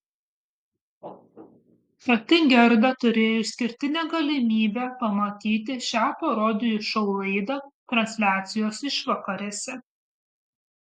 pati gerda turėjo išskirtinę galimybę pamatyti šią parodijų šou laidą transliacijos išvakarėse